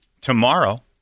tomorrow